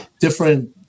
different